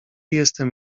jestem